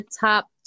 top